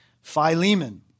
Philemon